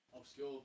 obscure